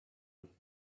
and